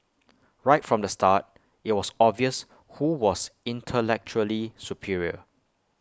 right from the start IT was obvious who was intellectually superior